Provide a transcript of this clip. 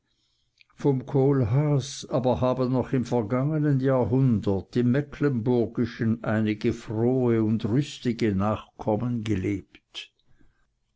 vom kohlhaas aber haben noch im vergangenen jahrhundert im mecklenburgischen einige frohe und rüstige nachkommen gelebt